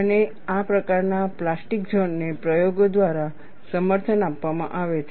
અને આ પ્રકારના પ્લાસ્ટિક ઝોન ને પ્રયોગો દ્વારા સમર્થન આપવામાં આવે છે